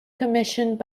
commissioned